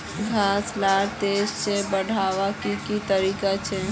घास लाक तेजी से बढ़वार की की तरीका छे?